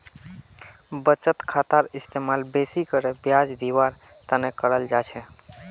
बचत खातार इस्तेमाल बेसि करे ब्याज दीवार तने कराल जा छे